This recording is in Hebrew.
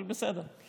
אבל בסדר.